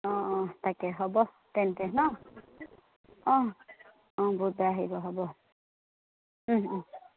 অঁ অঁ তাকে হ'ব তেন্তে ন অঁ অঁ বুধবাৰে আহিব হ'ব